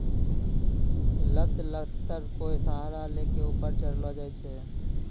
लत लत्तर कोय सहारा लै कॅ ऊपर चढ़ैलो जाय छै